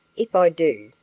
if i do,